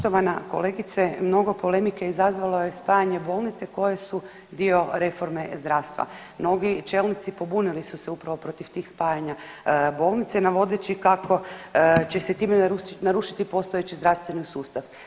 Poštovana kolegice, mnogo polemike izazvalo je stanje bolnice koje su dio reforme zdravstva, mnogi čelnici pobunili su se upravo protiv tih spajanja bolnice navodeći kako će se time narušiti postojeći zdravstveni sustav.